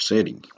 City